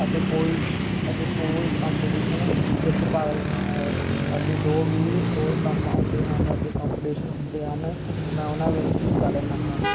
ਅਤੇ ਕੋਈ ਅਤੇ ਸਕੂਲ ਕੰਪੀਟੀਸ਼ਨ ਵਿੱਚ ਭਾਗ ਲੈਂਦਾ ਹੈ ਅਤੇ ਜੋ ਵੀ ਹੋਰ ਕੰਮ ਆਉਂਦੇ ਹਨ ਅਤੇ ਕੰਪੀਟੀਸ਼ਨ ਹੁੰਦੇ ਹਨ ਮੈਂ ਉਨ੍ਹਾਂ ਵਿੱਚ ਹਿੱਸਾ ਲੈਂਦਾ ਹਾਂ